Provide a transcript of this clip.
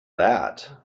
that